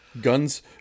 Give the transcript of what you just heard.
Guns